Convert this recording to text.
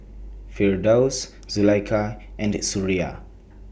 Firdaus Zulaikha and Suria